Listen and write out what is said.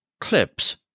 Clips